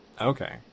Okay